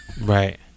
Right